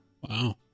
wow